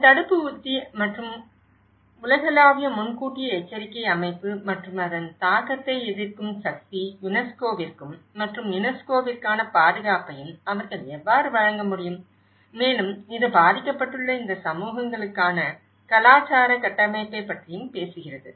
ஒரு தடுப்பு உத்தி மற்றும் உலகளாவிய முன்கூட்டிய எச்சரிக்கை அமைப்பு மற்றும் அதன் தாக்கத்தை எதிர்க்கும் சக்தி UNESCO மற்றும் UNESCOவிற்கான பாதுகாப்பையும் அவர்கள் எவ்வாறு வழங்க முடியும் மேலும் இது பாதிக்கப்பட்டுள்ள இந்த சமூகங்களுக்கான கலாச்சார கட்டமைப்பைப் பற்றியும் பேசுகிறது